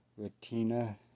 Latina